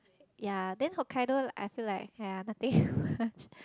yea then Hokkaido I feel like yea nothing one